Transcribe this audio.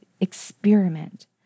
experiment